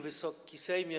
Wysoki Sejmie!